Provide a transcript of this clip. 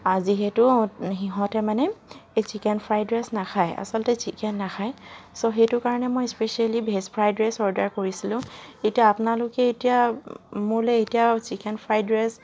যিহেতু সিহঁতে মানে এই ছিকেন ফ্ৰাইড ৰাইচ নাখায় আচলতে নাখায় ছ' সেইটো কাৰণে মই especially veg fried rice order কৰিছিলোঁ এতিয়া আপোনালোকে এতিয়া মোলে এতিয়া ছিকেন ফ্ৰাইড ৰাইচ